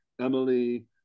emily